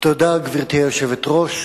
גברתי היושבת-ראש,